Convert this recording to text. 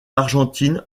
argentine